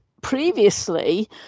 previously